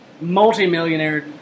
multi-millionaire